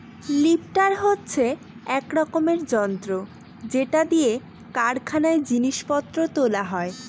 lifter হচ্ছে এক রকমের যন্ত্র যেটা দিয়ে কারখানায় জিনিস পত্র তোলা হয়